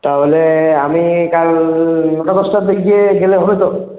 তাহলে আমি কাল নটা দশটার দিক দিয়ে গেলে হবে তো